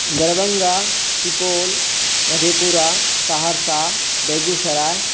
Darbhanga Supaul Madhepura Saharsa Begusarai